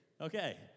Okay